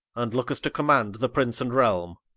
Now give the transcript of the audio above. and lookest to command the prince and realme.